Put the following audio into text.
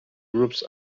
groups